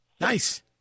Nice